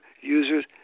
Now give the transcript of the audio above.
users